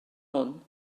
hwn